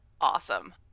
awesome